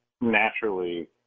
naturally